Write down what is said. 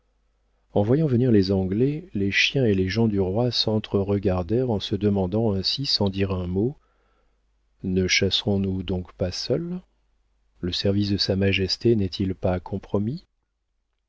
en voyant venir les anglais les chiens et les gens du roi s'entre-regardèrent en se demandant ainsi sans dire un mot ne chasserons nous donc pas seuls le service de sa majesté n'est-il pas compromis